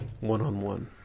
one-on-one